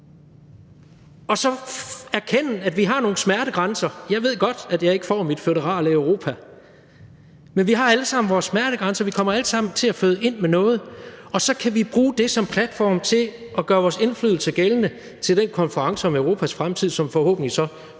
og så erkende, at vi har nogle smertegrænser. Jeg ved godt, at jeg ikke får mit føderale Europa, men vi har alle sammen vores smertegrænse, og vi kommer alle sammen til at føde ind med noget, og så kan vi bruge det som platform til at gøre vores indflydelse gældende til den konference om Europas fremtid, som forhåbentlig så fører